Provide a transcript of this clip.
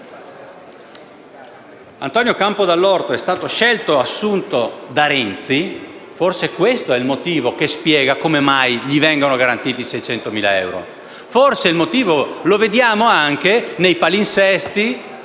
Antonio Campo Dall'Orto è stato scelto e assunto da Renzi, forse questo è il motivo che spiega come mai gli vengono garantiti 600.000 euro. Forse il motivo lo vediamo anche nei palinsesti,